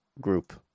group